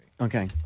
Okay